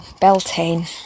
Beltane